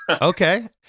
Okay